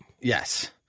Yes